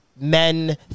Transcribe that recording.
men